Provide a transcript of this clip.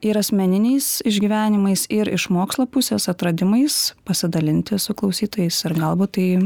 ir asmeniniais išgyvenimais ir iš mokslo pusės atradimais pasidalinti su klausytojais ir galbūt tai